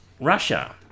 Russia